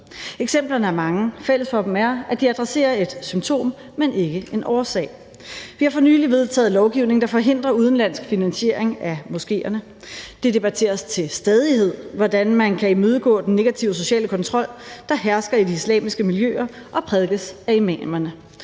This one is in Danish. Eksemplerne er mange, og fælles for dem er, at de adresserer et symptom, men ikke en årsag. Vi har for nylig vedtaget lovgivning, der forhindrer udenlandsk finansiering af moskéerne. Det debatteres til stadighed, hvordan man kan imødegå den negative sociale kontrol, der hersker i de islamiske miljøer og prædikes af imamerne.